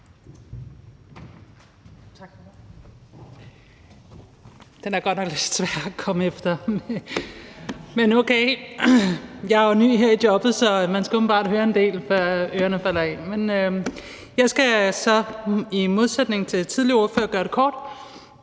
Jeg skal i modsætning til den tidligere ordfører gøre det kort.